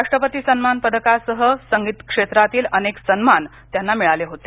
राष्ट्रपती सन्मान पदकासह संगीत क्षेत्रातील अनेक सन्मान त्यांना मिळाले होते